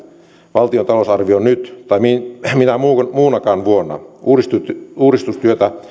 valtion talousarvioon nyt tai minään muunakaan vuonna uudistustyötä